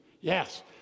Yes